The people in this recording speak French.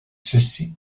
ceci